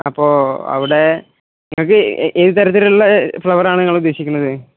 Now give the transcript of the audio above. അപ്പോള് അവിടെ നിങ്ങള്ക്ക് ഏതുതരത്തിലുള്ള ഫ്ലവറാണ് നിങ്ങള് ഉദ്ദേശിക്കുന്നത്